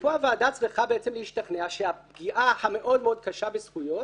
ופה הוועדה צריכה להשתכנע שהפגיעה המאוד מאוד קשה בזכויות